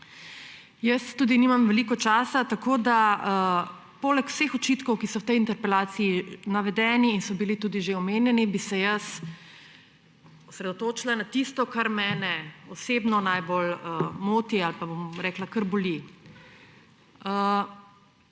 razprave. Nimam veliko časa, zato bi se poleg vseh očitkov, ki so v tej interpelaciji navedeni in so bili že omenjeni, jaz osredotočila na tisto, kar mene osebno najbolj moti ali pa kar boli.